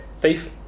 Thief